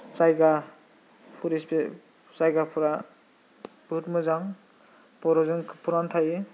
जायगा परिबेस जायगाफोरा बुहुद मोजां बर'फजों खोबफबनानै थायो